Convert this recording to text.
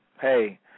hey